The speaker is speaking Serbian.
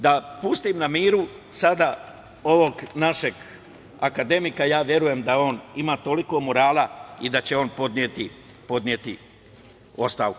Da pustim na miru sada ovog našeg akademika, ja verujem da on ima toliko morala i da će on podneti ostavku.